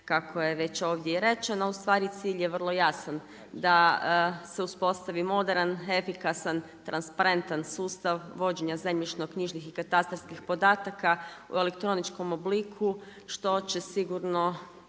kako je ovdje i rečeno, a ustvari cilj je vrlo jasan, da se uspostavi moderan, efikasan, transparentan sustav vođenja zemljišno-knjižnih i katastarskih podataka u elektroničkom obliku što će sigurno